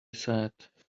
said